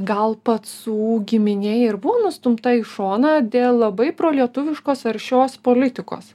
gal pacų giminė ir buvo nustumta į šoną dėl labai prolietuviškos aršios politikos